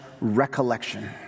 recollection